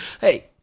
Hey